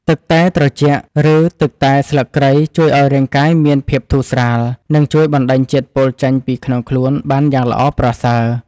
ទឹកតែត្រជាក់ឬទឹកតែស្លឹកគ្រៃជួយឱ្យរាងកាយមានភាពធូរស្រាលនិងជួយបណ្ដេញជាតិពុលចេញពីក្នុងខ្លួនបានយ៉ាងល្អប្រសើរ។